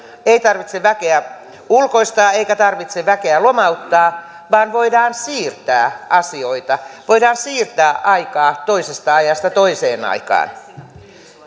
ei tarvitse väkeä ulkoistaa eikä tarvitse väkeä lomauttaa vaan voidaan siirtää asioita voidaan siirtää aikaa toisesta ajasta toiseen aikaan